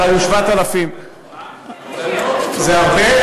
מעל 8,000. אבל בשנה שעברה היו 7,000. זה הרבה מאוד.